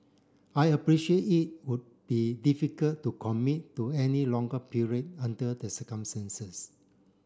I appreciate it would be difficult to commit to any longer period under the circumstances